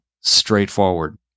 straightforward